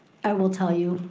i will tell you,